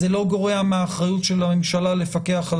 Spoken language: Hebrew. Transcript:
זה לא גורע מהאחריות של הממשלה לפקח על